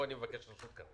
פה אני מבקש רשות.